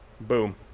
Boom